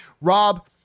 Rob